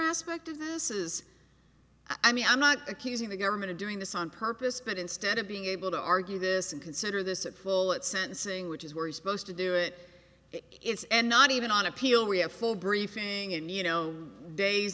aspect of this is i mean i'm not accusing the government of doing this on purpose but instead of being able to argue this and consider this at full at sentencing which is where he's supposed to do it it's and not even on appeal we have full briefing in you know days